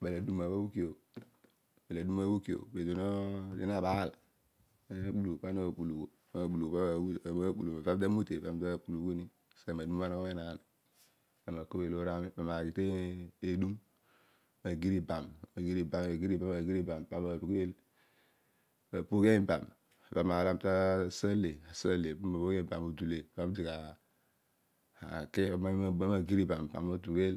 Obel aduna a week obho. ezo bho adio nabaal. naabaal ami taakpulughuni aseghe maduma bho anogho menaan paun naghi tedum agir ibam. na gir ibam agir ibam paami narughed apoghia mibam ava maar lo ami tasa ale. ale abele paami digha aki. Ami na gir ibam paami na tugheel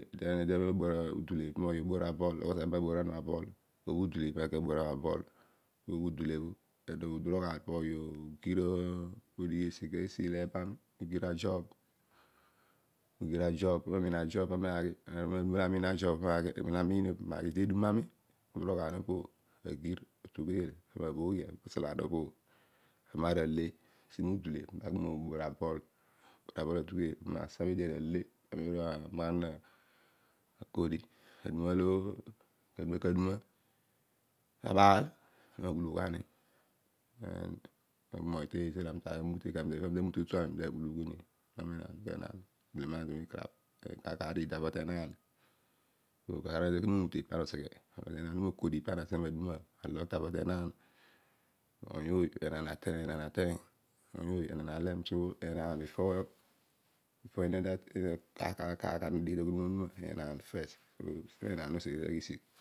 oghi obor aball because ami nabor ghani maball pobho udule bho then uduroghaan pami na ki moghi odighi esi ilubo ami ogir ajiob. ami amiin ajob pami naaghi. Amem ami umiin o pami oghi ami umiinio pami naabhoghia osalan opo ami nasa median ale naki nrobor aball. ami atughel pami osa edian ole akodi. aduma lo kaduma kaduma. abaal ami naakpulughu ghani aduma la ami na tumo omute totu ami. ami taakpulughu ni akol enaam abelema an zami mi karabh ami. pami omute ana tu mo kodi pana seghe maduma alogh tavo tenaam. oiy ooy euaam atiy oiy ooy enaan alem. so before kaar taghudum onuma. Enaan first. ana ta seghe menaan aseeri taghisigh